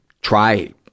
try